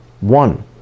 One